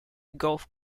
golf